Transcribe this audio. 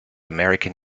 american